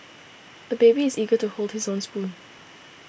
the baby is eager to hold his own spoon